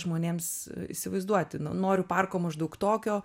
žmonėms įsivaizduoti nu noriu parko maždaug tokio